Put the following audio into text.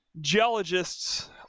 geologists